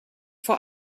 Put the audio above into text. vor